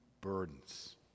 burdens